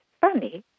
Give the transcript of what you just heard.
funny